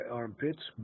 armpits